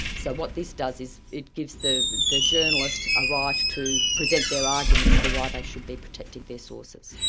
so what this does is it gives the the journalists a right to present their arguments for why they should be protective of their sources.